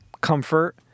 comfort